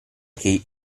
che